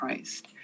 Christ